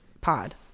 Pod